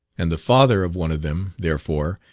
and the father of one of them, therefore,